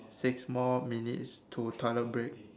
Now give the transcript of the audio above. six more minutes to toilet break